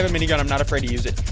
minigun. i'm not afraid to use it.